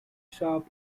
sharp